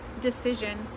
decision